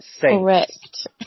Correct